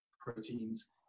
proteins